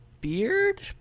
beard